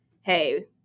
hey